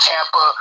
Tampa